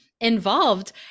involved